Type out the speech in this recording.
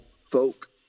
folk